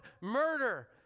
murder